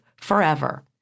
forever